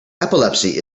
epilepsy